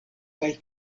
kaj